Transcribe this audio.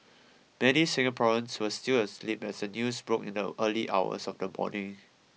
many Singaporeans were still asleep as the news broke in the early hours of the morning